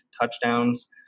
touchdowns